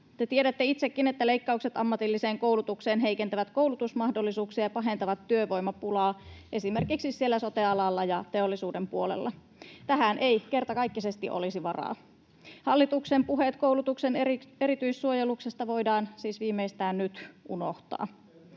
tiedätte itsekin, että leikkaukset ammatilliseen koulutukseen heikentävät koulutusmahdollisuuksia ja pahentavat työvoimapulaa esimerkiksi siellä sote-alalla ja teollisuuden puolella. Tähän ei kertakaikkisesti olisi varaa. Hallituksen puheet koulutuksen erityissuojeluksesta voidaan siis viimeistään nyt unohtaa.